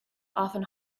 often